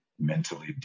mentally